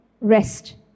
rest